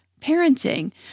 parenting